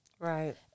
Right